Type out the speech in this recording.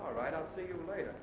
all right i'll see you later